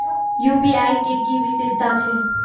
UPI के कि विषेशता छै?